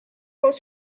was